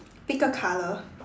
pick a color